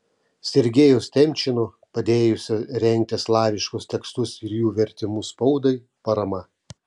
sergejaus temčino padėjusio rengti slaviškus tekstus ir jų vertimus spaudai parama